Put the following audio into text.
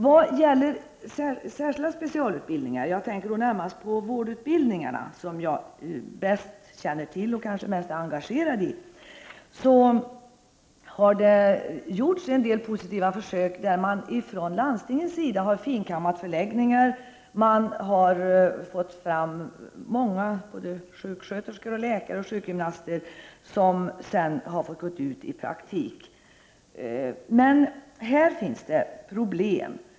Vad gäller särskilda specialutbildningar — jag tänker då närmast på vårdutbildningarna, som jag bäst känner till och kanske är mest engagerad i — har det gjorts en del positiva försök. Från landstingets sida har man finkammat förläggningar, och man har fått fram många sjuksköterskor, läkare och sjukgymnaster, som sedan har fått gå ut i praktiskt arbete. Men här finns det problem.